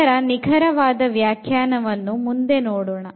ಇದರ ನಿಖರವಾದ ವ್ಯಾಖ್ಯಾನವನ್ನು ಮುಂದೆ ನೋಡೋಣ